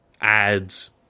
ads